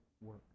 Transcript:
work